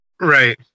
Right